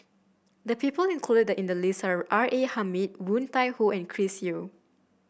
the people included in the list are R A Hamid Woon Tai Ho and Chris Yeo